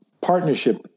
partnership